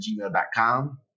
gmail.com